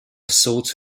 sort